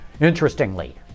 Interestingly